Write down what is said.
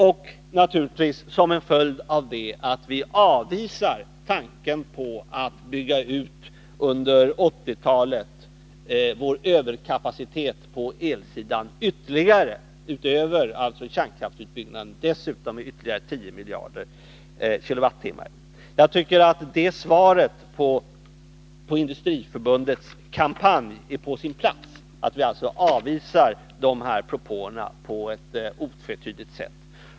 En följd av det är naturligtvis att vi avvisar tanken på att under 1980-talet bygga ut vår överkapacitet på elsidan, dvs. utöver kärnkraftsutbyggnaden, med ytterligare 10 miljarder kWh. Jag tycker att det är på sin plats med detta svar på Industriförbundets kampanj, dvs. att vi avvisar dessa propåer på ett otvetydigt sätt.